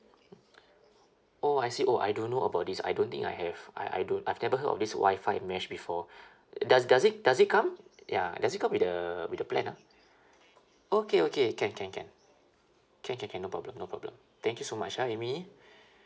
oh I see oh I don't know about this I don't think I have I I don't I've never heard of this wi-fi mesh before does does it does it come ya does it come with the with the plan ah okay okay can can can can can can no problem no problem thank you so much ah amy